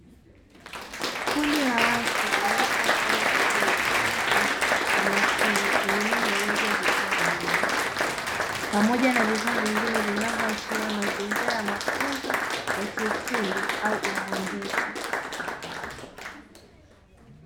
Kundi la watu waliovaa sare za bluu, wakifanyakazi kwa makini kwenye meza iliyojaa vifaa vya umeme. Pamoja na vifaa vingine vinavyoashiria mazingira ya mafunzo ya kiufundi au uhandisi.